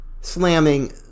slamming